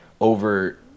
over